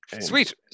Sweet